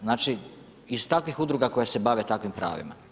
Znači iz takvih udruga koje se bave takvim pravima.